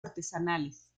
artesanales